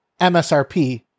MSRP